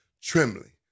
trembling